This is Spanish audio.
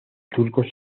turcos